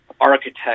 architect